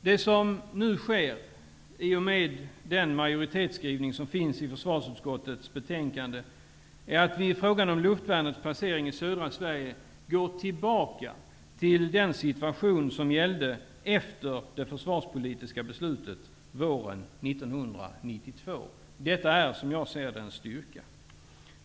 Det som nu sker, i och med majoritetsskrivningen i försvarsutskottets betänkande, är att vi i frågan om luftvärnets placering i södra Sverige går tillbaka till den situation som gällde efter det försvarspolitiska beslutet våren 1992. Detta är, som jag ser det, en styrka.